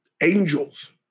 Angels